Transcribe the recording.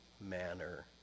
manner